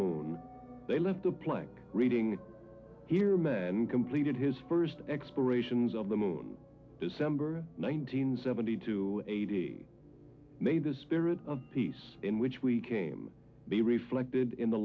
moon they lift the plank reading here men completed his first explorations of the moon december nineteenth seventy to eighty made the spirit of peace in which we came be reflected in the